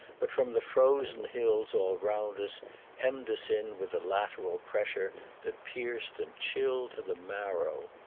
but from the frozen hills all round us hemmed us in with a lateral pressure that pierced and chilled to the marrow.